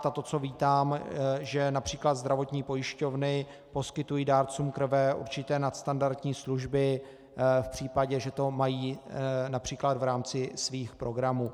A to, co vítám, že například zdravotní pojišťovny poskytují dárcům krve určité nadstandardní služby v případě, že to mají například v rámci svých programů.